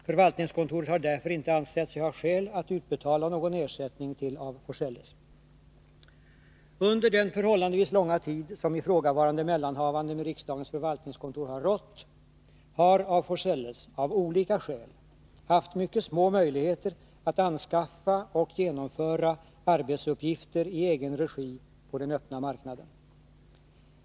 Förvaltningskontoret har därför inte ansett sig ha skäl att utbetala någon ersättning till af Forselles. Under den förhållandevis långa tid som ifrågavarande mellanhavande med riksdagens förvaltningskontor har rått har Olof af Forselles, av olika skäl, haft mycket små möjligheter att anskaffa och genomföra arbetsuppgifter i egen regi på den öppna marknaden.